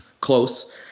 close